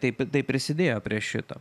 tai tai prisidėjo prie šito